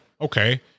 okay